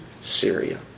Syria